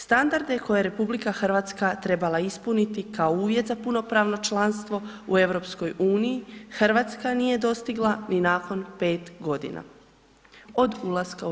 Standarde koje je RH trebala ispraviti kao uvjet za punopravno članstvo u EU Hrvatska nije dostigla ni nakon 5 godina od ulaska u EU.